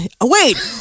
Wait